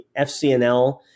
FCNL